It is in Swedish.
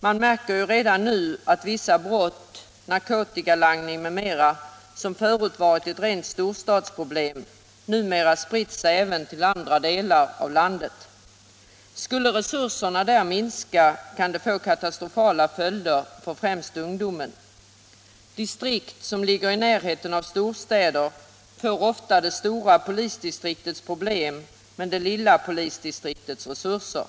Man märker redan nu att vissa brott — Nr 98 narkotikalangning m.m. — som förut varit rena storstadsproblem numera Tisdagen den spritt sig även till andra delar av landet. Om resurserna där minskar 29 mars 1977 skulle det få katastrofala följder för främst ungdomen. Distrikt som ligger I i närheten av storstäder har ofta det stora polisdistriktets problem men Om fördelningen av det lilla polisdistriktets resurser.